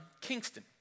Kingston